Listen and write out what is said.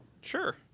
Sure